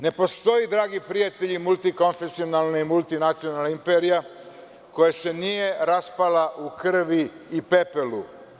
Ne postoji, dragi prijatelji, multikonfesionalna i multinacionalna imperija koja se nije raspala u krvi i pepelu.